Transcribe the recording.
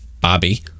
Bobby